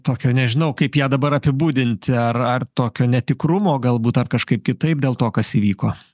tokio nežinau kaip ją dabar apibūdint ar ar tokio netikrumo galbūt ar kažkaip kitaip dėl to kas įvyko